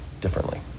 differently